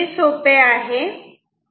उत्तर सोपे आहे